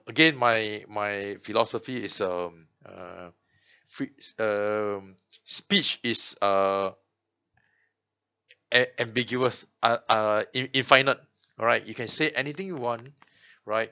again my my philosophy is um uh fr~ um speech is uh am~ ambiguous uh uh in infinite alright you can say anything you want right